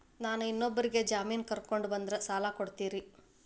ನಾ ಇಬ್ಬರಿಗೆ ಜಾಮಿನ್ ಕರ್ಕೊಂಡ್ ಬಂದ್ರ ಸಾಲ ಕೊಡ್ತೇರಿ?